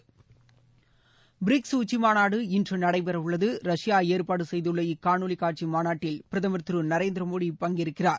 இனி விரிவான செய்திகள் பிரிக்ஸ் உச்சி மாநாடு இன்று நடைபெறவுள்ளது ரஷ்யா ஏற்பாடு செய்துள்ள இக்காணொலி காட்சி மாநாட்டில் பிரதமர் திரு நரேந்திர மோடி பங்கேற்கிறார்